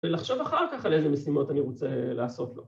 ‫ולחשוב אחר כך על איזה משימות ‫אני רוצה לעשות לו.